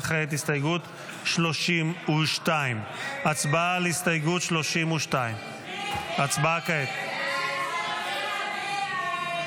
וכעת הסתייגות 32. הצבעה על הסתייגות 32. הסתייגות 32 לא נתקבלה.